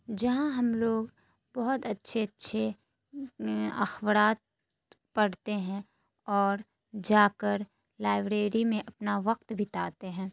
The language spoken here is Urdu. جہاں ہم لوگ بہت اچھے اچھے اخبارات پڑھتے ہیں اور جا کر لائبریری میں اپنا وقت بتاتے ہیں